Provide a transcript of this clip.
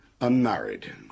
unmarried